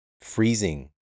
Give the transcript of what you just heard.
freezing